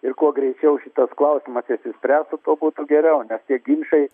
ir kuo greičiau šitas klausimas išsispręstų būtų geriau nes tie ginčai